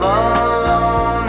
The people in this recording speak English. alone